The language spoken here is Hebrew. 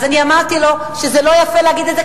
אז אני אמרתי לו שזה לא יפה להגיד את זה,